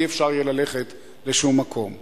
אי-אפשר ללכת לשום מקום.